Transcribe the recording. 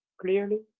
clearly